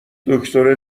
دکتره